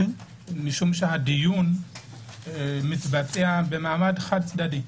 משום שהדיון מתבצע במעמד חד צדדי,